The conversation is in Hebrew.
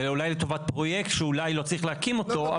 זה אולי לטובת פרויקט שאולי לא צריך להקים אותו,